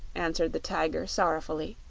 answered the tiger, sorrowfully.